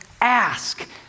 ask